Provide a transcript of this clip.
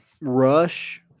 rush –